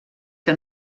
que